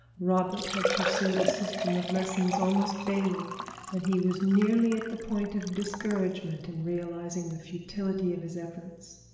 robert had pursued a system of lessons almost daily and he was nearly at the point of discouragement in realizing the futility of his efforts.